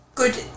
Good